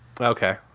Okay